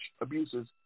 abuses